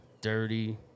Dirty